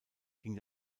ging